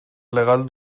legal